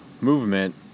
movement